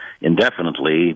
indefinitely